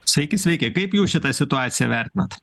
sveiki sveiki kaip jūs šitą situaciją vertinat